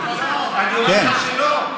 אני אומר לך שלא.